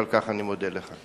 ועל כך אני מודה לך.